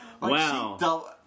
Wow